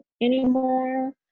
anymore